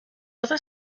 other